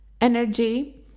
energy